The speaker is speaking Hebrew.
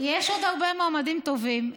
יש מועמדים לעליון יש עוד הרבה מועמדים טובים.